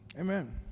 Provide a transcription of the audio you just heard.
amen